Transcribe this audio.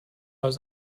aus